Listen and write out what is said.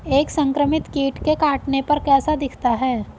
एक संक्रमित कीट के काटने पर कैसा दिखता है?